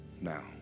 now